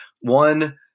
One